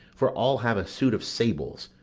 for i'll have a suit of sables.